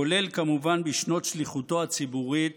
כולל, כמובן, בשנות שליחותו הציבורית